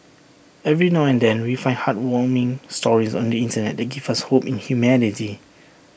every now and then we find heartwarming stories on the Internet give us hope in humanity